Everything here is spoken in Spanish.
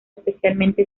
especialmente